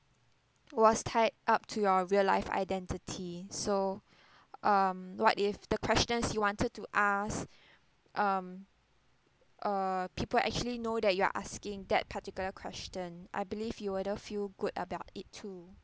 was tied up to your real life identity so um what if the questions you wanted to ask um uh people actually know that you are asking that particular question I believe you wouldn't feel good about it too